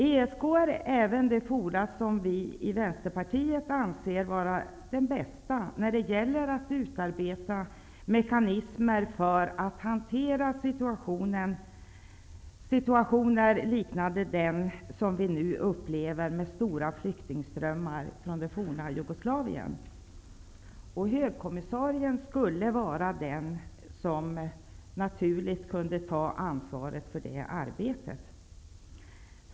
ESK är även det forum som vi i Vänsterpartiet anser vara det bästa när det gäller att utarbete mekanismer för att hantera situationer liknande den som vi nu upplever med stora flyktingströmmar från det forna Jugoslavien. Högkommissarien skulle kunna vara den som på ett naturligt sätt tar ansvaret för det arbetet.